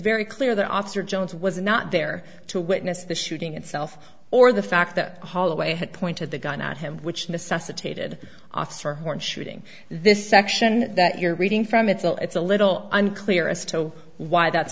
very clear that officer jones was not there to witness the shooting itself or the fact that holloway had pointed the gun at him which necessitated officer horne shooting this section that you're reading from it so it's a little unclear as to why that's